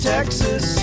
Texas